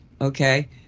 Okay